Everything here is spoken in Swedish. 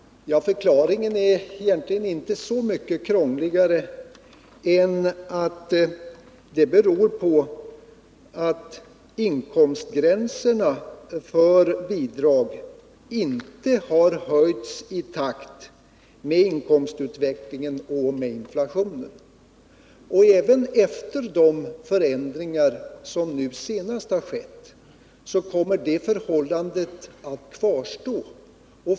Det beror på att inkomstgränserna för bidrag inte har höjts i takt med inkomstutvecklingen och med inflationen. Även efter de förändringar som nu senast genomförts kommer det förhållandet att kvarstå.